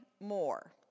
more